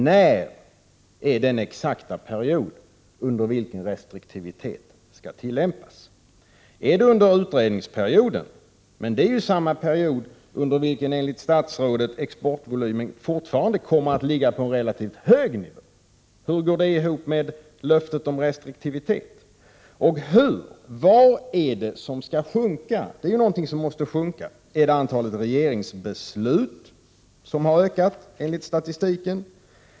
När är den exakta perioden under vilken restriktivitet skall tillämpas? Är det under utredningsperioden? Men det är ju samma period under vilken exportvolymen fortfarande kommer att ligga på en relativt hög nivå, enligt statsrådet. Hur går det i hop med löftet om restriktivitet? Vad är det som skall minska? Någonting måste ju minska. Är det antalet regeringsbeslut, som enligt statistiken har ökat?